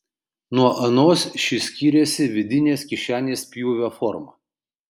nuo anos ši skyrėsi vidinės kišenės pjūvio forma